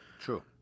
True